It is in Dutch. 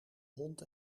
hond